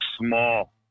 small